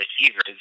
receivers